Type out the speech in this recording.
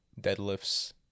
deadlifts